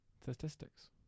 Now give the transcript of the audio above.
Statistics